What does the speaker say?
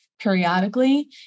periodically